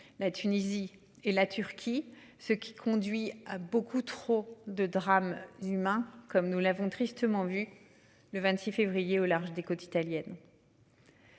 la Tunisie et la Turquie. Ce qui conduit à beaucoup trop de drames humains comme nous l'avons tristement vu le 26 février au large des côtes italiennes.